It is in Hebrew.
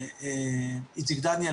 עם איציק דניאל,